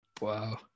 wow